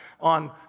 on